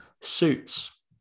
Suits